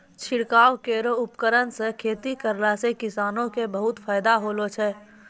छिड़काव केरो उपकरण सँ खेती करला सें किसानो क बहुत फायदा होलो छै